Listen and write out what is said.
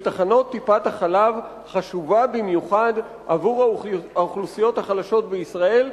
תחנות טיפת-החלב חשובה במיוחד עבור האוכלוסיות החלשות בישראל,